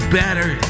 better